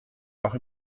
auch